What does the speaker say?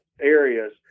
areas